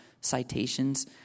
citations